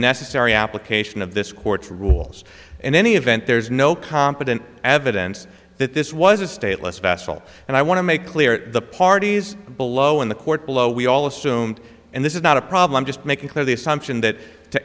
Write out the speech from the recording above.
necessary application of this court rules in any event there's no competent evidence that this was a stateless vessel and i want to make clear the parties below in the court below we all assume and this is not a problem just making clear the assumption that to